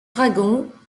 dragons